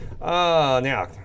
Now